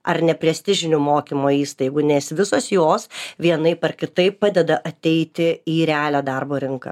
ar neprestižinių mokymo įstaigų nes visos jos vienaip ar kitaip padeda ateiti į realią darbo rinką